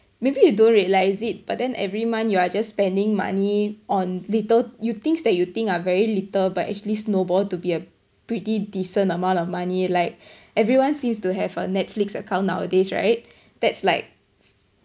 maybe you don't realise it but then every month you are just spending money on little you things that you think are very little but actually snowball to be a pretty decent amount of money like everyone seems to have a Netflix account nowadays right that's like